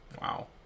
Wow